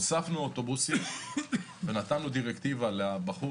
הוספנו אוטובוסים ונתנו דירקטיבה לבחור